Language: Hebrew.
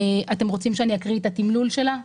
אתם רוצים שאקריא את התמלול שלה?